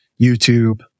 YouTube